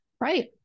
right